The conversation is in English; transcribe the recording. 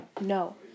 No